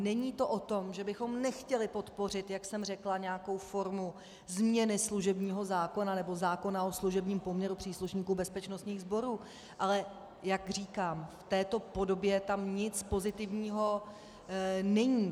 Není to o tom, že bychom nechtěli podpořit, jak jsem řekla, nějakou formu změny služebního zákona nebo zákona o služebním poměru příslušníků bezpečnostních sborů, ale jak říkám, v této podobě tam nic pozitivního není.